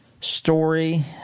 story